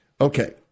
Okay